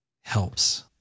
helps